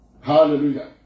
Hallelujah